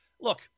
Look